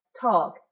talk